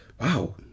wow